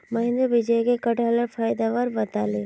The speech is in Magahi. महेंद्र विजयक कठहलेर फायदार बार बताले